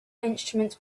instruments